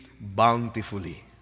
bountifully